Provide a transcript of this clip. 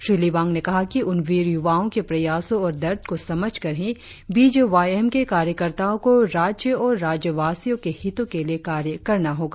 श्री लिबांग ने कहा कि उन वीर युवाओ के प्रयासो और दर्द को समझकर ही बी जे वाय एम के कार्यकर्ताओ को राज्य और राज्यवासियों के हितो के लिए कार्य करना चाहिए